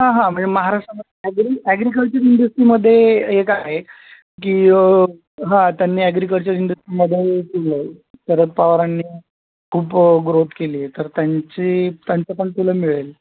हां हां म्हणजे महाराष्ट्र ॲग्री ॲग्रीकल्चर इंडस्ट्रीमध्ये एक आहे की हां त्यांनी ॲग्रीकल्चर इंडस्ट्रीमध्ये शरद पवारांनी खूप ग्रोथ केली आहे तर त्यांची त्यांचं पण तुला मिळेल